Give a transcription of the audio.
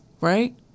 right